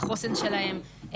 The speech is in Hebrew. החוסן שלהם,